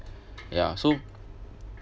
ya so